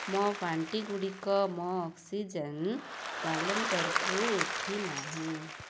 ମୋ ପାଣ୍ଠିଗୁଡ଼ିକ ମୋ ଅକ୍ସିଜେନ୍ ୱାଲେଟକୁ ଉଠି ନାହିଁ